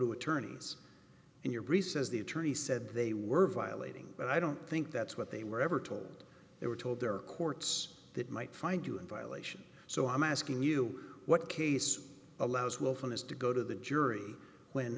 to attorneys in your briefs as the attorney said they were violating but i don't think that's what they were ever told they were told there are courts that might find you in violation so i'm asking you what case allows willfulness to go to the jury when